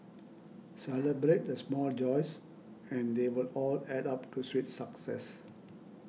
celebrate the small joys and they will all add up to sweet success